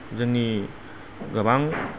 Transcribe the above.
जोंनि गोबां